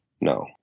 No